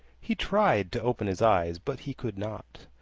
he tried to open his eyes, but he could not.